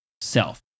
self